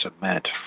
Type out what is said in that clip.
cement